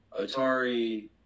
Atari